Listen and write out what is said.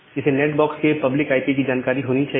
इसे net box के public I P की जानकारी होनी चाहिए